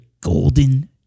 golden